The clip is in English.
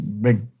big